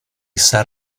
sat